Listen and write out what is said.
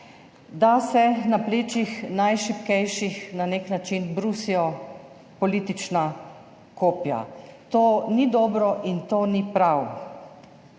da se na plečih najšibkejših na nek način brusijo politična kopja. To ni dobro in to ni prav.